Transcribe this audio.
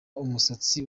umusatsi